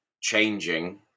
changing